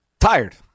tired